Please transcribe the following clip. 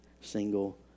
single